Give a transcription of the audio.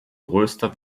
größter